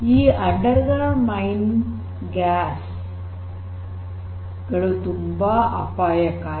ಈ underground mine gas ಗಳು ತುಂಬಾ ಅಪಾಯಕಾರಿ